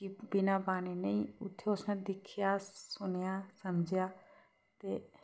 कि बिना पानी नी उत्थें उसने दिक्खेआ सुनेआ समझेआ ते